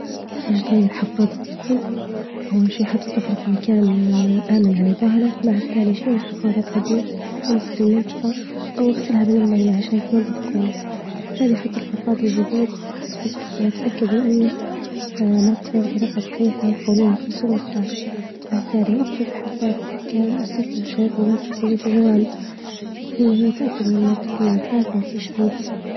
باش تغير حفاضة طفل أول شي حط الطفل في مكان آمن على ظهره، تاني شي شيل الحفاض القديم وامسح المنطقة أو اغسلها بالماية عشان تنضف كويس، بعد تالي حط الحفاض الجديد تحت الطفل واتأكد من أنك مركبه بطريقة صحيحة وحولين الخصر والساق، بعد تالي اقفل الحفاض بإحكام واستخدم الشريط اللاصق اللي في الجوانب، وفي النهاية اتأكد إن الطفل مرتاح ومفيش أي ضيق.